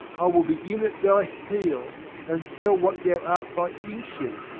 i will begin at thy heel and tell what thou art by inches,